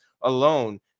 alone